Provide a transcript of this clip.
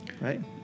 Right